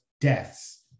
deaths